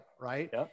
right